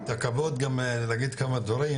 את הכבוד גם להגיד כמה דברים,